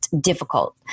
difficult